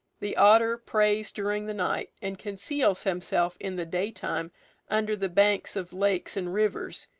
the otter preys during the night, and conceals himself in the daytime under the banks of lakes and rivers,